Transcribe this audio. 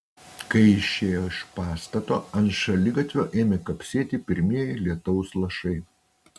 kai išėjo iš pastato ant šaligatvio ėmė kapsėti pirmieji lietaus lašai